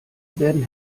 werden